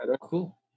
Cool